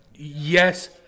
Yes